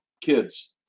kids